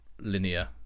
linear